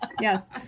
Yes